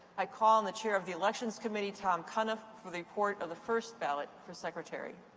i call on the chair of the elections committee tom cunniff for the report of the first ballot for secretary.